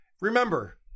Remember